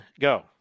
Go